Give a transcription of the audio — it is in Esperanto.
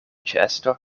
ĉeesto